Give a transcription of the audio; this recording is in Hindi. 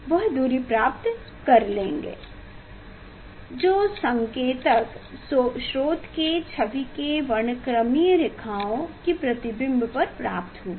वह दूरी प्राप्त कर लेंगें जो संकेतक स्रोत की छवि की वर्णक्रमीय रेखाओं की प्रतिबिंब पर प्राप्त होगी